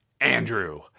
Andrew